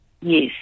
Yes